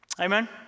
Amen